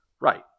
Right